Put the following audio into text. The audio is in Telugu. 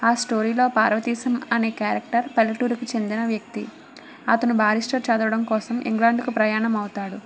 ఆ స్టోరీలో పార్వతీశం అనే క్యారెక్టర్ పల్లెటూరుకు చెందిన వ్యక్తి అతను బారిస్టర్ చదవటం కోసం ఇంగ్లాండుకు ప్రయాణం అవుతాడు